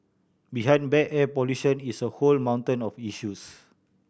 behind bad air pollution is a whole mountain of issues